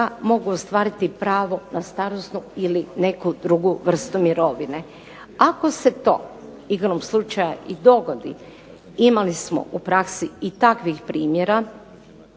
mogu ostvariti pravo na starosnu ili neku drugu vrstu mirovine. Ako se to igrom slučaja i dogodi, imali smo u praksi i takvih primjera,